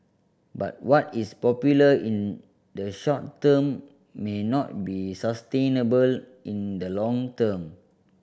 but what is popular in the short term may not be sustainable in the long term